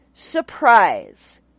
surprise